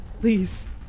Please